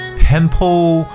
pimple